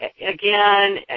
Again